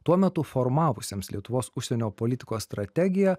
tuo metu formavusiems lietuvos užsienio politikos strategiją